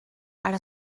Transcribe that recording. ara